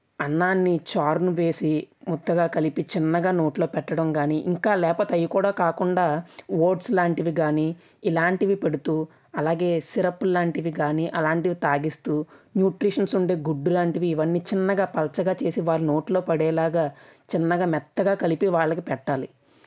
అన్నాన్ని చారుని వేసి ముద్దగా కలిపి చిన్నగా నోట్లో పెట్టడం కాని ఇంకా లేపోతే అవి కూడా కాకుండా ఓట్స్ లాంటివి కాని ఇలాంటివి పెడుతూ అలాగే సిరప్పులు లాంటివి కాని అలాంటివి తాగిస్తూ న్యూట్రిషన్స్ ఉండే గుడ్డు లాంటివి చిన్నగా పలచగా చేసి వారి నోటిలో పడేలాగా చిన్నగా మెత్తగా కలిపి వాళ్ళకి పెట్టాలి